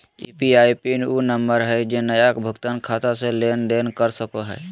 UPI PIN उ number हइ जे नया भुगतान खाता से लेन देन कर सको हइ